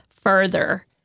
further